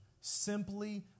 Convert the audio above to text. simply